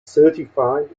certified